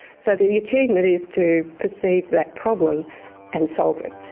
so the achievement is to perceive that problem and solve it.